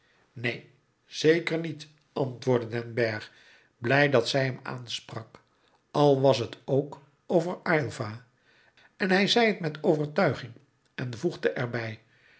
neen zeker niet antwoordde den bergh blij dat zij hem aansprak al was het ook over aylva en hij zei het met overtuiging en voegde erbij